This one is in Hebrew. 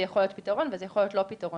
יכול להיות פתרון וזה יכול להיות לא פתרון.